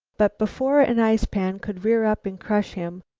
but before an ice-pan could rear up and crush him,